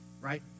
right